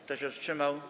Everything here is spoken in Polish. Kto się wstrzymał?